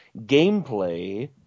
gameplay